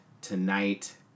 tonight